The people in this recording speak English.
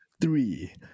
Three